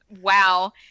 wow